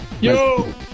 Yo